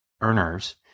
earners